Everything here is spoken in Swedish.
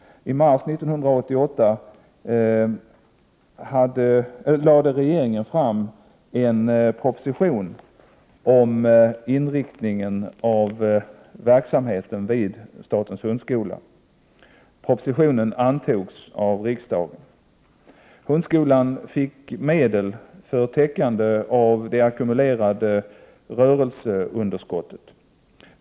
I mars 1988 lade regeringen fram en proposition om inriktningen av verksamheten vid statens hundskola. Propositionen antogs av riksdagen. Hundskolan fick medel för täckande av det ackumulerade rörelseunderskottet.